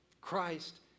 Christ